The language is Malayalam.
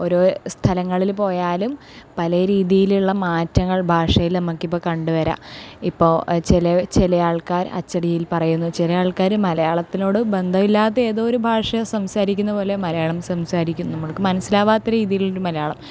ഓരോ സ്ഥലങ്ങളിൽ പോയാലും പല രീതിയിലുള്ള മാറ്റങ്ങൾ ഭാഷയിൽ നമുക്കിപ്പോൾ കണ്ടുവരാം ഇപ്പോൾ ചില ചില ആൾക്കാര് അച്ചടിയിൽ പറയുന്നു ചില ആൾക്കാര് മലയാളത്തിനോട് ബന്ധമില്ലാതെ ഏതോ ഒരു ഭാഷ സംസാരിക്കുന്ന പോലെ മലയാളം സംസാരിക്കുന്നു നമ്മൾക്ക് മനസ്സിലാകാത്ത രീതിയിലോരു മലയാളം